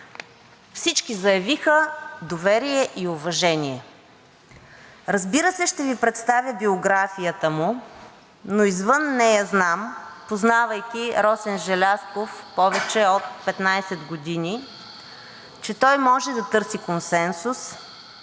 Всички заявиха доверие и уважение, разбира се, ще Ви представя биографията му, но извън нея, знам, познавайки Росен Желязков повече от 15 години, че той може да търси консенсус,